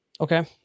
Okay